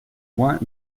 moins